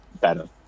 Better